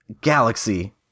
galaxy